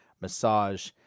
massage